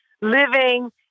living